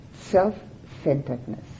self-centeredness